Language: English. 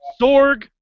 Sorg